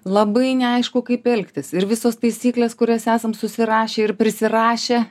labai neaišku kaip elgtis ir visos taisyklės kurias esam susirašę ir prisirašę